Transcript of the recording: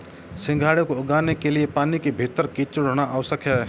सिंघाड़े को उगाने के लिए पानी के भीतर कीचड़ होना आवश्यक है